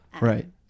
right